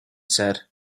said